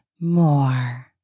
more